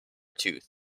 tooth